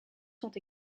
sont